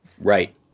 right